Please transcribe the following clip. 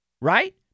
right